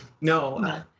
no